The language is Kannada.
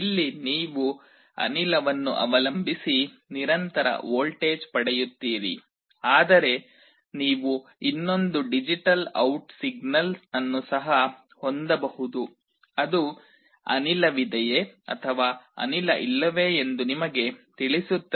ಇಲ್ಲಿ ನೀವು ಅನಿಲವನ್ನು ಅವಲಂಬಿಸಿ ನಿರಂತರ ವೋಲ್ಟೇಜ್ ಪಡೆಯುತ್ತೀರಿ ಆದರೆ ನೀವು ಇನ್ನೊಂದು ಡಿಜಿಟಲ್ ಔಟ್ ಸಿಗ್ನಲ್ ಅನ್ನು ಸಹ ಹೊಂದಬಹುದು ಅದು ಅನಿಲವಿದೆಯೇ ಅಥವಾ ಅನಿಲ ಇಲ್ಲವೇ ಎಂದು ನಿಮಗೆ ತಿಳಿಸುತ್ತದೆ